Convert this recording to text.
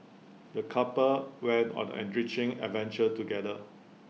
the couple went on an enriching adventure together